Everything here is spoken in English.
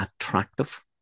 attractive